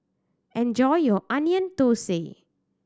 enjoy your Onion Thosai